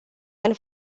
ani